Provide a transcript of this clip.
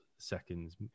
seconds